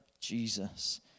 Jesus